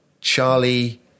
Charlie